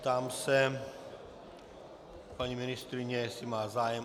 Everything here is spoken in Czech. Ptám se paní ministryně, jestli má zájem.